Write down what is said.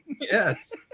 Yes